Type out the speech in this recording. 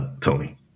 Tony